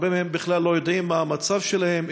הרבה מהם בכלל לא יודעים מה המצב שלהם,